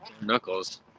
knuckles